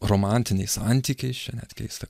romantiniais santykiais čia net keista